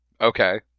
Okay